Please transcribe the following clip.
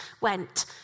went